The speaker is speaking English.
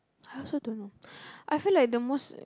I also don't know I feel like the most